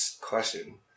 question